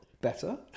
better